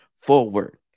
forward